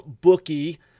bookie